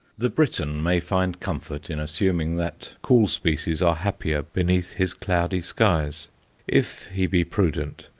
the briton may find comfort in assuming that cool species are happier beneath his cloudy skies if he be prudent,